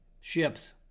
ships